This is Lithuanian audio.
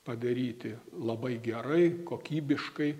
padaryti labai gerai kokybiškai